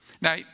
Now